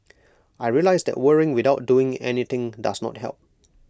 I realised that worrying without doing anything does not help